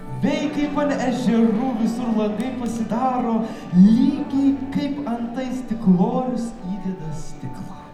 vei kaip an ežerų visur langai pasidaro lygiai kaip antai stiklorius įdeda stiklą